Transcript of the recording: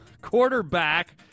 Quarterback